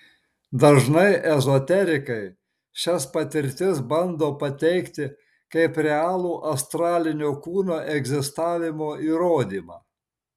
dažnai ezoterikai šias patirtis bando pateikti kaip realų astralinio kūno egzistavimo įrodymą